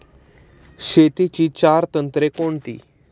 शेतीची चार तंत्रे कोणती?